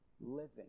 living